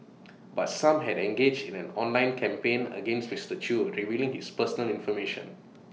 but some have engaged in an online campaign against Mister chew revealing his personal information